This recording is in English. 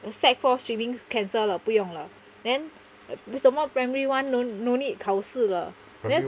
the sec four streaming cancel 了不用了 then 什么 primary one no no need 考试了 then